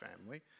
family